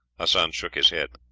hassan shook his head.